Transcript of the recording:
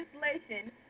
legislation